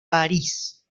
parís